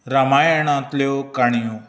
रामायणांतल्यो काणयो